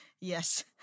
Yes